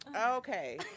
Okay